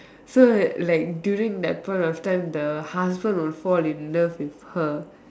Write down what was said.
so like like during that point of time the husband will fall in love with her